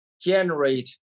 generate